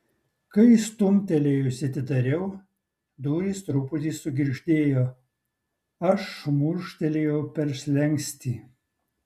kai stumtelėjusi atidariau durys truputį sugirgždėjo aš šmurkštelėjau per slenkstį